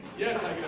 yes i